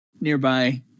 nearby